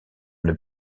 une